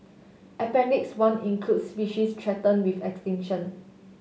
appendix one includes species threaten with extinction